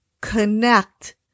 CONNECT